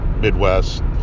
Midwest